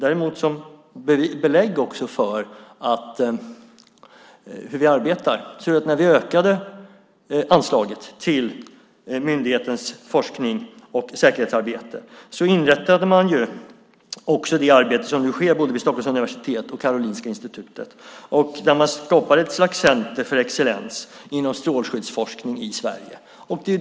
Som ett belägg för hur vi arbetar: När vi ökade anslaget till myndighetens forskning och säkerhetsarbete inrättade man också det arbete som nu sker vid både Stockholms universitet och Karolinska Institutet. Man skapar ett slags centrum för excellens inom strålskyddsforskning i Sverige.